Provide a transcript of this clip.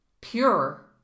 Pure